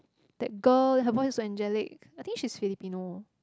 that girl her voice is so angelic I think she's Filipino